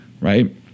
right